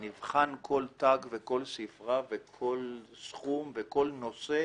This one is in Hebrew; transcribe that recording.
וכל תג וכל ספרה וכל סכום וכל נושא